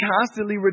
constantly